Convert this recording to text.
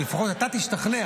לפחות אתה תשתכנע.